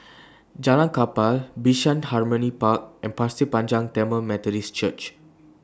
Jalan Kapal Bishan Harmony Park and Pasir Panjang Tamil Methodist Church